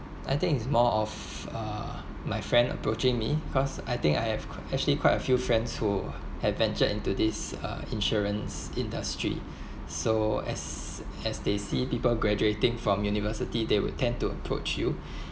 I think it's more of uh my friend approaching me cause I think I have actually quite a few friends who have ventured into this uh insurance industry so as as they see people graduating from university they will tend to approach you